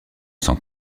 s’en